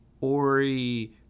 Ori